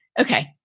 Okay